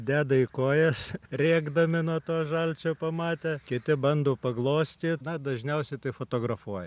deda į kojas rėkdami nuo to žalčio pamatę kiti bando paglostyt na dažniausiai tai fotografuoja